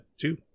two